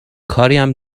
کاریم